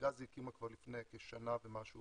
נתג"ז הקימה כבר לפני כשנה ומשהו